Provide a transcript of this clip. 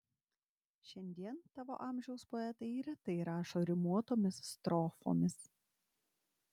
šiandien tavo amžiaus poetai retai rašo rimuotomis strofomis